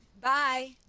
Bye